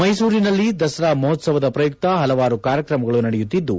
ಮೈಸೂರಿನಲ್ಲಿ ದಸರಾ ಮಹೋತ್ಲವದ ಪ್ರಯುಕ್ತ ಹಲವಾರು ಕಾರ್ಯಕ್ರಮಗಳು ನಡೆಯುತ್ತಿದ್ದು